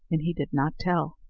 and he did not tell.